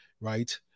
right